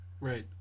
Right